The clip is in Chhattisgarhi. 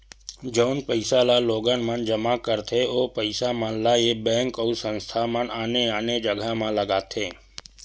जउन पइसा ल लोगन मन जमा करथे ओ पइसा मन ल ऐ बेंक अउ संस्था मन आने आने जघा म लगाथे